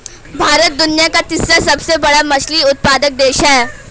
भारत दुनिया का तीसरा सबसे बड़ा मछली उत्पादक देश है